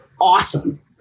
awesome